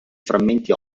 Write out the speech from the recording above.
frammenti